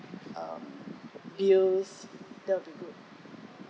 um bills that would be good